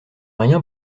rien